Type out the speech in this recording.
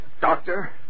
Doctor